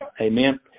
Amen